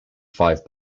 five